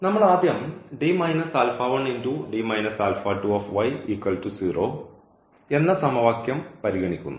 നമ്മൾ ആദ്യം എന്ന സമവാക്യം പരിഗണിക്കുന്നു